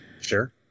Sure